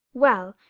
well,